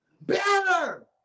Better